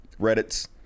Reddits